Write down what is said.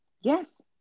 yes